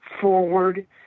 forward